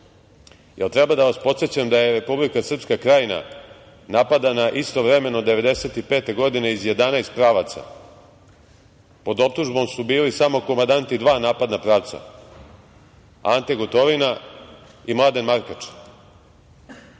Jel treba da vas podsećam da je Republika Srpska Krajina napadana istovremeno 1995. godine iz 11 pravaca? Pod optužbom su bili samo komandanti dva napadna pravca – Ante Gotovina i Mladen Markač. Niko